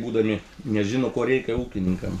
būdami nežino ko reikia ūkininkam